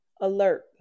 alert